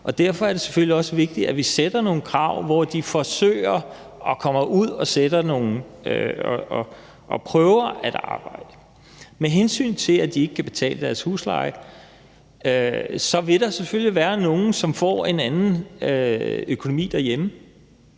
derfor er det selvfølgelig også vigtigt, at vi stiller nogle krav, hvor de kommer ud og prøver at arbejde. Med hensyn til at de ikke kan betale deres husleje, vil der selvfølgelig være nogle, som får en anden økonomi derhjemme.